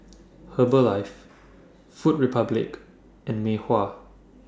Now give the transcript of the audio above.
Herbalife Food Republic and Mei Hua